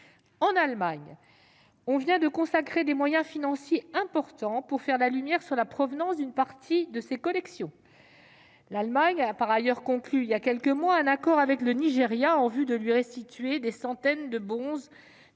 l'Allemagne vient de consacrer des moyens financiers importants pour faire la lumière sur la provenance d'une partie de ses collections. Elle a par ailleurs conclu, il y a quelques mois, un accord avec le Nigéria en vue de lui restituer des centaines de bronzes